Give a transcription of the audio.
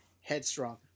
Headstrong